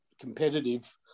competitive